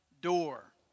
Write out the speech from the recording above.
door